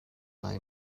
lai